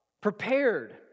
prepared